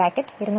5 Ω ആണ്